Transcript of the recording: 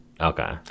Okay